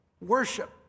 Worship